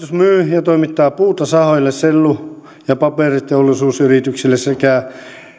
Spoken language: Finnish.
ja toimittaa puuta sahoille sellu ja paperiteollisuusyrityksille sekä